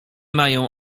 mają